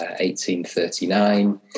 1839